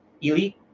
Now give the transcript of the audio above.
Elite